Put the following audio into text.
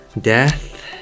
Death